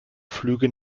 flüge